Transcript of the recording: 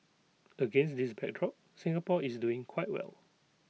against this backdrop Singapore is doing quite well